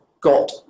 got